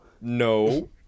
No